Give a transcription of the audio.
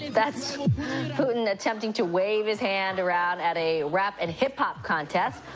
that's putin attempting to wave his hand around at a rap and hip-hop contest.